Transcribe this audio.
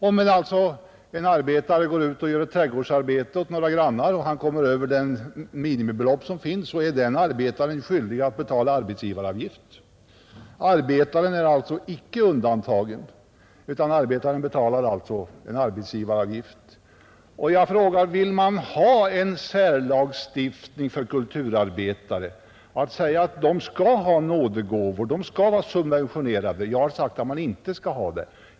Om alltså en arbetare går ut och gör trädgårdsarbete åt några grannar och därvid kommer över minimibeloppet, så är han skyldig att betala arbetsgivaravgift. Arbetaren är alltså inte undantagen, utan betalar arbetsgivaravgift. Jag frågar: Vill man ha en särlagstiftning för kulturarbetare, dvs. hävdar man att de skall ha nådegåvor, att de skall subventioneras? Jag har sagt att man inte skall ha någon särlagstiftning för dem.